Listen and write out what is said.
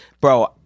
bro